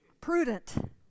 Prudent